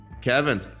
Kevin